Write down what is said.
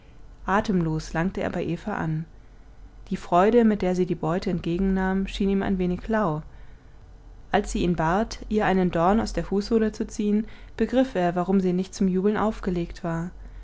atemlos langte er bei eva an die freude mit der sie die beute entgegennahm schien ihm ein wenig lau als sie ihn bat ihr einen dorn aus der fußsohle zu ziehen begriff er warum sie nicht zum jubeln aufgelegt war